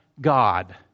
God